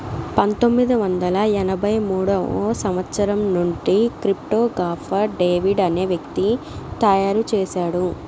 పంతొమ్మిది వందల ఎనభై మూడో సంవచ్చరం నుండి క్రిప్టో గాఫర్ డేవిడ్ అనే వ్యక్తి తయారు చేసాడు